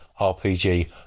RPG